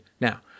Now